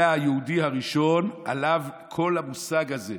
זה היהודי הראשון, עליו כל המושג הזה.